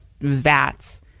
vats